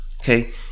okay